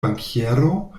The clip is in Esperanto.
bankiero